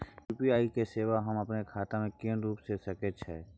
UPI के सेवा हम अपने खाता म केना सुरू के सके छियै?